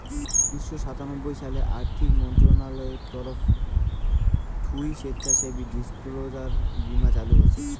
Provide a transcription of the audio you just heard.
উনিশশো সাতানব্বই সালে আর্থিক মন্ত্রণালয়ের তরফ থুই স্বেচ্ছাসেবী ডিসক্লোজার বীমা চালু হসে